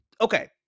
okay